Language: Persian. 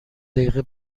دقیقه